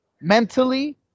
mentally